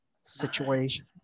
situation